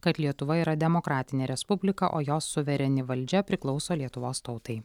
kad lietuva yra demokratinė respublika o jos suvereni valdžia priklauso lietuvos tautai